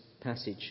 passage